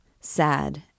sad